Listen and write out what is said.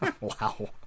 Wow